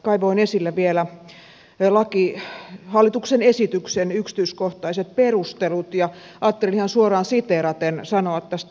kaivoin esille vielä hallituksen esityksen yksityiskohtaiset perustelut ja ajattelin ihan suoraan siteeraten sanoa tästä muutaman kohdan